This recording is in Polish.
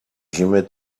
zimy